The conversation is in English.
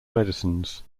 medicines